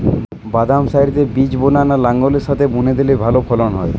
বাদাম সারিতে বীজ বোনা না লাঙ্গলের সাথে বুনে দিলে ভালো ফলন হয়?